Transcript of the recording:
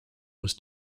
was